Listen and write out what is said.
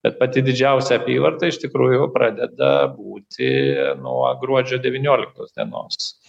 bet pati didžiausia apyvarta iš tikrųjų pradeda būti nuo gruodžio devynioliktos dienos